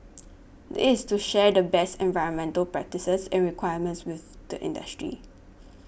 this is to share the best environmental practices and requirements with the industry